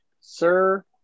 Sir